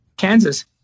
Kansas